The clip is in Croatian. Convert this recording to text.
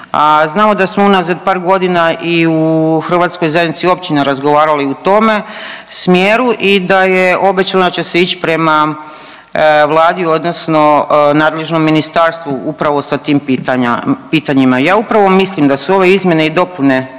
znamo da smo unazad par godine i u Hrvatskoj zajednici općina razgovarali u tome smjeru i da je obećano da će se ići prema Vladi odnosno nadležnom ministarstvu upravo sa tim pitanjima. Ja upravo mislim da su ove izmjene i dopune